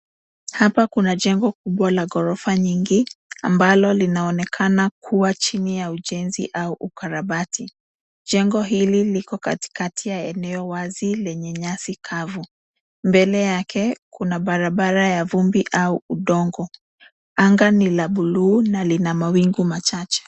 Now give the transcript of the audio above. Hapa kuna jengo kubwa la ghorofa nyingi ambalo linaonekana kuwa chini ya ujenzi au ukarabati. Jengo hili liko katikati ya eneo wazi lenye nyasi kavu. Mbele yake kuna barabara ya vumbi au udongo. Anga ni la buluu na lina mawingu machache.